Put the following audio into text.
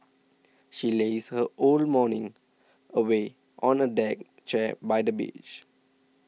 she lazed her whole morning away on a deck chair by the beach